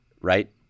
right